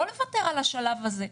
לא לוותר על השלב הזה.